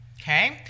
Okay